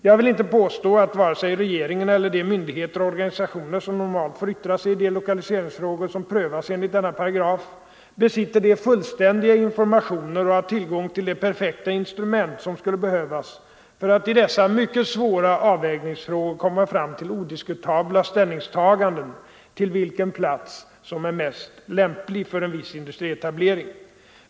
Jag vill inte påstå att vare sig regeringen eller de myndigheter och organisationer som normalt får yttra sig i de lokaliseringsfrågor som Nr 131 prövas enligt denna paragraf besitter de fullständiga informationer och Fredagen den har tillgång till de perfekta instrument som skulle behövas för att i dessa 29 november 1974 mycket svåra avvägningsfrågor komma fram till odiskutabla ställnings= I taganden när det gäller vilken plats som är mest lämplig för en viss Ang. lokaliseringen industrietablering.